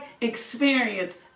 experience